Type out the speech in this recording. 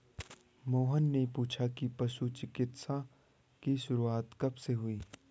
मोहन ने पूछा कि पशु चिकित्सा की शुरूआत कब से हुई?